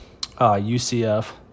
UCF